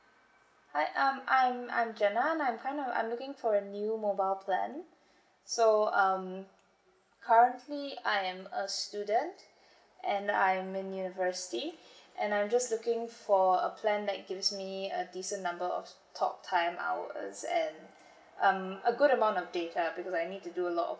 hi um I'm I'm jenna and I'm kinda I'm looking for a new mobile plan so um currently I am a student and I'm in university and I'm just looking for a plan that gives me a decent number of talk time hours and um a good amount of data because I need to do a lot of